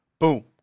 Boom